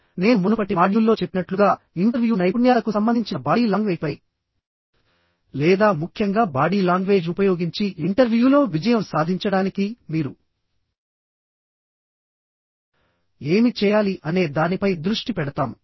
నేను మునుపటి మాడ్యూల్లో చెప్పినట్లుగా ఇంటర్వ్యూ నైపుణ్యాలకు సంబంధించిన బాడీ లాంగ్వేజ్పై లేదా ముఖ్యంగా బాడీ లాంగ్వేజ్ ఉపయోగించి ఇంటర్వ్యూలో విజయం సాధించడానికి మీరు ఏమి చేయాలి అనే దానిపై దృష్టి పెడతాము